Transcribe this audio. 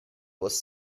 was